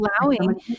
allowing